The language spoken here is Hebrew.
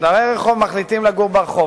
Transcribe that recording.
דרי רחוב מחליטים לגור ברחוב.